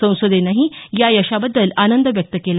संसदेनंही या यशाबद्दल आनंद व्यक्त केला